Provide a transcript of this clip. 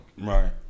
Right